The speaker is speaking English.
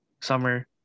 summer